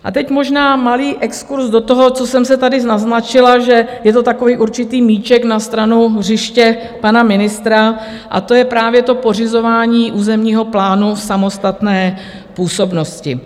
A teď možná malý exkurz do toho, co jsem tady naznačila, že je to takový určitý míček na stranu hřiště pana ministra, a to je právě pořizování územního plánu v samostatné působnosti.